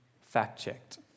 fact-checked